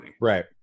Right